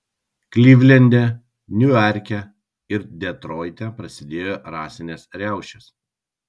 klivlende niuarke ir detroite prasidėjo rasinės riaušės